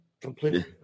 completely